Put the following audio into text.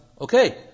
Okay